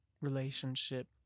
relationship